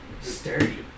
sturdy